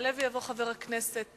יעלה ויבוא חבר הכנסת